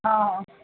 हां